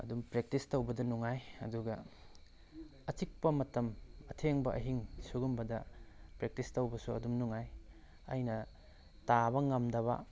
ꯑꯗꯨꯝ ꯄ꯭ꯔꯦꯛꯇꯤꯁ ꯇꯧꯕꯗ ꯅꯨꯡꯉꯥꯏ ꯑꯗꯨꯒ ꯑꯆꯤꯛꯄ ꯃꯇꯝ ꯑꯊꯦꯡꯕ ꯑꯍꯤꯡ ꯁꯨꯒꯨꯝꯕꯗ ꯄ꯭ꯔꯦꯛꯇꯤꯁ ꯇꯧꯕꯁꯨ ꯑꯗꯨꯝ ꯅꯨꯡꯉꯥꯏ ꯑꯩꯅ ꯇꯥꯕ ꯉꯝꯗꯕ